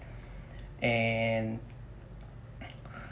and